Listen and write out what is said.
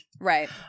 Right